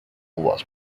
was